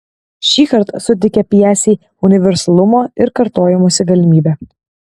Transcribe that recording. šįkart suteikia pjesei universalumo ir kartojimosi galimybę